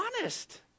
honest